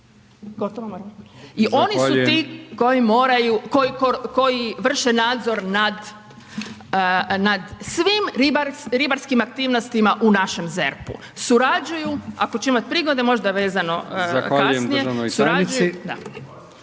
moraju, koji vrše nadzor nad svim ribarskim aktivnostima u našem ZERP-u. Surađuju, ako ću imati prigode možda vezano za kasnije,